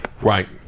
Right